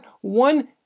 one